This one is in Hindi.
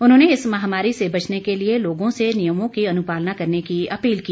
उन्होंने इस महामारी से बचने के लिए लोगों से नियमों की अनुपालना करने की अपील की